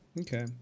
Okay